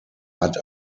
hat